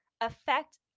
affect